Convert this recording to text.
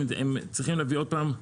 הם צריכים להביא שוב,